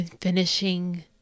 finishing